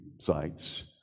sites